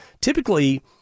typically